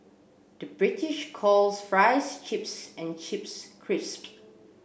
the British calls fries chips and chips crisp